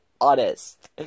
honest